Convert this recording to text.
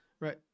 right